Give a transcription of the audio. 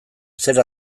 zer